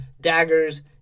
daggers